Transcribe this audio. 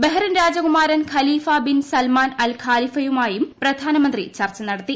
Bahrain രാജകുമാരൻ Khalifa bin Salman Al ഖാലിഫയുമായും പ്രധാനമന്ത്രി ചർച്ച നടത്തി